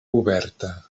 oberta